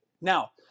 Now